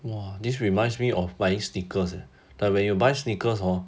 !wah! this reminds me of buying sneakers eh like when you buy sneakers hor